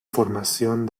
formación